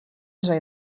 вже